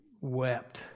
wept